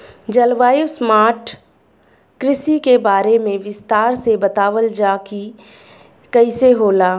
जलवायु स्मार्ट कृषि के बारे में विस्तार से बतावल जाकि कइसे होला?